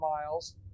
miles